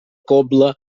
cobla